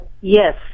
Yes